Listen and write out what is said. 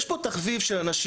יש פה תחביב של אנשים